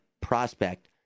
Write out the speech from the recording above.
prospect